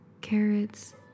carrots